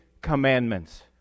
commandments